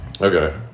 Okay